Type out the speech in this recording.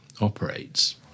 operates